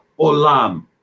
Olam